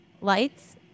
Lights